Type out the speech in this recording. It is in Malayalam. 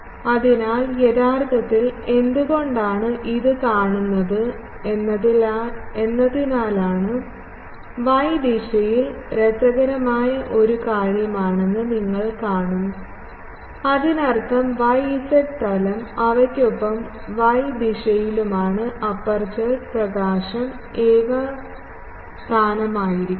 അതിനാൽ യഥാർത്ഥത്തിൽ എന്തുകൊണ്ടാണ് ഇത് കാണുന്നത് എന്നതിനാലാണ് y ദിശയിൽ രസകരമായ ഒരു കാര്യമാണെന്ന് നിങ്ങൾ കാണും അതിനർത്ഥം y z തലം അവയ്ക്കൊപ്പം y ദിശയിലുമാണ് അപ്പർച്ചർ പ്രകാശം ഏകതാനമായിരിക്കുന്നത്